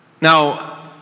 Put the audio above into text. Now